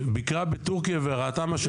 ביקרה בטורקיה וראתה מה שקורה שם.